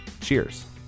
Cheers